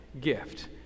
gift